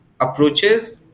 approaches